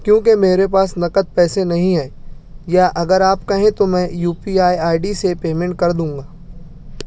کیونکہ میرے پاس نقد پیسے نہیں ہیں یا اگر آپ کہیں تو میں U P I I D سے پیمنٹ کر دوں گا